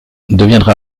deviendra